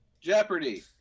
Jeopardy